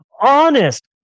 honest